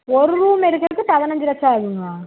ஒரு ரூமு எடுக்கிறதுக்கு பதினைஞ்சு லட்சம் ஆகும்ங்களா